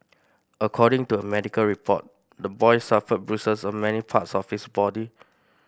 according to a medical report the boy suffered bruises on many parts of his body